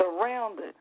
surrounded